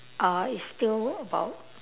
uh it's still about